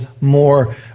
more